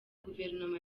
guverinoma